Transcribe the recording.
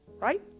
right